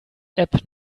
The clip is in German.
whatsapp